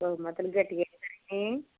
బహుమతులు గట్టిగా ఇస్తారాండి